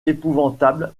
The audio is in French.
épouvantable